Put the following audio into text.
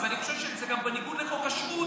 אז אני חושב שזה גם בניגוד לחוק השבות